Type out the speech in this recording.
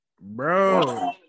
Bro